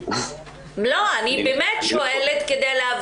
אני באמת שואלת כדי להבין.